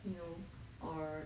you know or